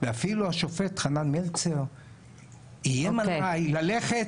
ואפילו השופט חנן מלצר איים עליי ללכת